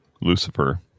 Lucifer